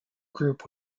group